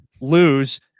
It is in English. lose